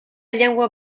llengua